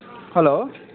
hello